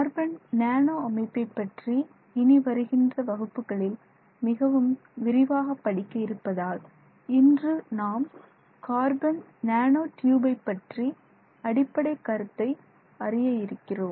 carbon nano அமைப்பைப் பற்றி இனி வருகின்ற வகுப்புகளில் மிகவும் விரிவாக படிக்க இருப்பதால் இன்று நாம் கார்பன் நேனோ டியூபை பற்றி அடிப்படை கருத்தை அறிய இருக்கிறோம்